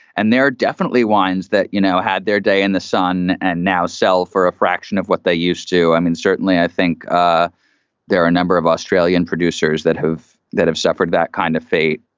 and there are definitely wines that, you know, had their day in the sun and now sell for a fraction of what they used to. i mean, certainly i think ah there are a number of australian producers that have that have suffered that kind of fate.